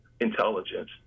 intelligence